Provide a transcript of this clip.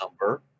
number